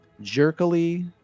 jerkily